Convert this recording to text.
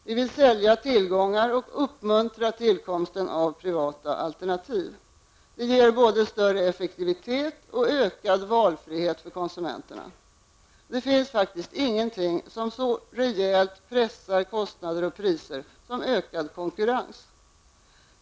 Vi vill sälja tillgångar och uppmuntra tillkomsten av privata alternativ. Det ger både större effektivitet och ökad valfrihet för konsumtenterna. Det finns faktiskt ingenting som så rejält pressar kostnader och priser som ökad konkurrens.